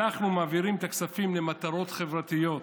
אנחנו מעבירים את הכספים למטרות חברתיות.